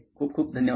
खूप खूप धन्यवाद